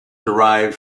derived